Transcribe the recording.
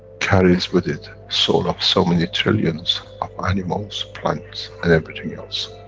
carries with it, soul of so many trillions of animals, plants and everything else.